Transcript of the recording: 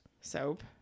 soap